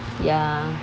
ya